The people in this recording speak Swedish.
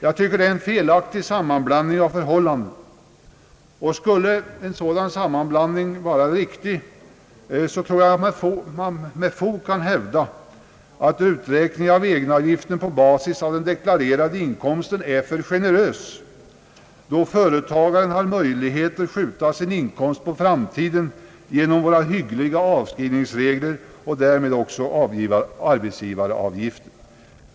Jag tycker detta är en felaktig sammanblandning av förhållandena. Skulle en sådan sammanblandning vara riktig, tror jag att man med fog kan hävda att uträkningen av egenavgiften på basis av den deklarerade inkomsten är för generös, då företagaren har möjlighet att skjuta sin inkomst på framtiden genom våra hyggliga avskrivningsregler, och därmed också uppskjuta arbetsgivaravgiften.